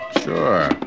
Sure